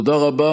תודה רבה.